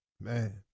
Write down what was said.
Man